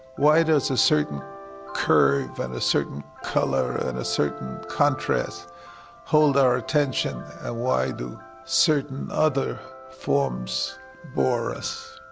why does a certain curve and a certain color and a certain contrast hold our attention and why do certain other forms bore us?